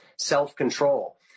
self-control